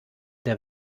der